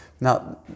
Now